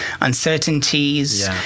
uncertainties